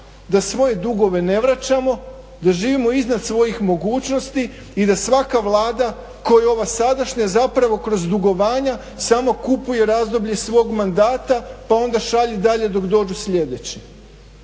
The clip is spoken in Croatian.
da svoje dugove ne vraćamo, da živimo iznad svojih mogućnosti i da svaka vlada kao i ova sadašnja kroz dugovanja samo kupuje razdoblje svog mandata pa onda šalji dalje dok dođu sljedeći.